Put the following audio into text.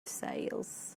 sails